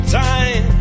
time